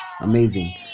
Amazing